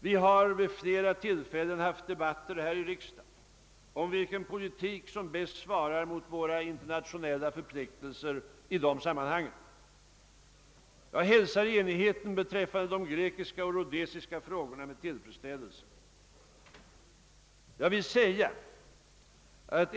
Vi har vid flera tillfällen haft debatter här i riksdagen om vilken politik som bäst svarar mot våra internationella förpliktelser i detta sammanhang. Jag hälsar enigheten beträffande de grekiska och rhodesiska frågorna med tillfredsställelse.